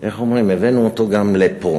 איך אומרים, הבאנו אותו גם לפה.